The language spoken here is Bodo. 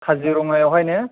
काजिरङायावहाय ने